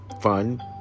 fun